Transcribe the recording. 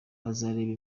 bazareba